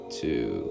two